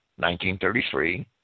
1933